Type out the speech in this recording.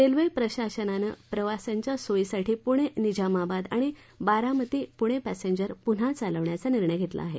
railway प्रशासनानं प्रवाशांच्या सोयीसाठी पुणे निजामाबाद आणि बारामती पुणे पॅसेंजर पुन्हा चालवण्याचा निर्णय घेतला आहे